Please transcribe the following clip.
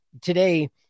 today